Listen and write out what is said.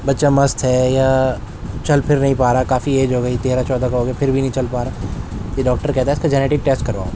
بچہ مست ہے یا چل پھر نہیں پا رہا ہے کافی ایج ہو گئی تیرہ چودہ کا ہو گیا پھر بھی نہیں چل پا رہا تو ڈاکٹر کہتا ہے اس کا جنیٹنگ ٹیسٹ کرواؤ